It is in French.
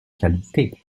qualité